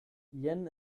jen